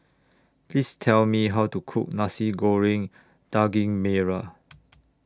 Please Tell Me How to Cook Nasi Goreng Daging Merah